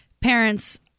parents